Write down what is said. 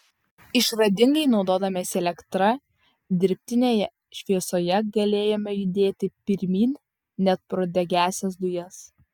išradingai naudodamiesi elektra dirbtinėje šviesoje galėjome judėti pirmyn net pro degiąsias dujas